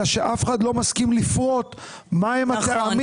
אלא שאף אחד לא מסכים לפרוט מה הם הטעמים